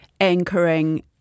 anchoring